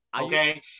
Okay